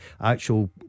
actual